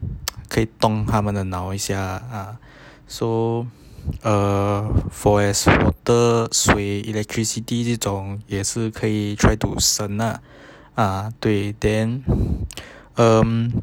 可以动他们的脑一下 ah so err for as water 水 electricity 这种也是可以 try to 省 ah uh 对 then um